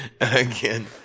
Again